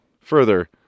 Further